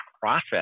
process